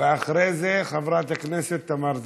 ואחרי זה חברת הכנסת תמר זנדברג.